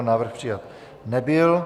Návrh přijat nebyl.